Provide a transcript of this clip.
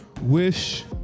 wish